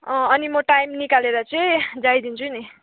अनि म टाइम निकालेर चाहिँ जाइदिन्छु नि